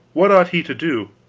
what ought he to do?